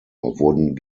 wurden